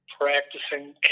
practicing